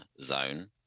zone